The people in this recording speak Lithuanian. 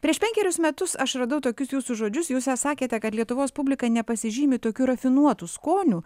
prieš penkerius metus aš radau tokius jūsų žodžius jūs sakėte kad lietuvos publika nepasižymi tokiu rafinuotu skoniu